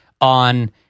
on